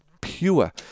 pure